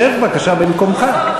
שב בבקשה במקומך.